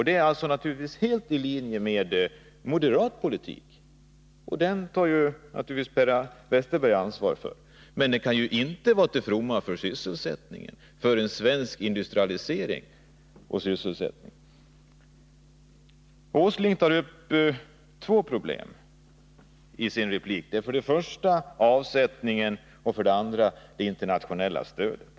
Det ligger naturligtvis helt i linje med moderat politik — och den tar ju Per Westerberg ansvar för — men det kan inte vara till fromma för svensk industrialisering och sysselsättning. Nils Åsling tar upp två problem i sin replik, för det första avsättningen och för det andra det internationella stödet.